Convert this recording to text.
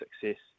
success